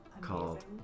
called